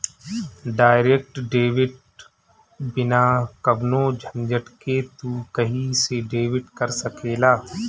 direct debit बिना कवनो झंझट के तू कही से डेबिट कर सकेला